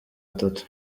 atatu